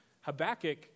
Habakkuk